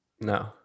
No